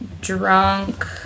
drunk